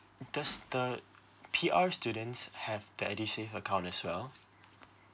does the P_R students have the edusave account as well